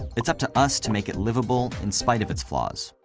it's up to us to make it livable in spite of its flaws.